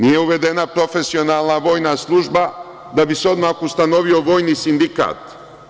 Nije uvedena profesionalna vojna služba da bi se odmah ustanovio vojni sindikat.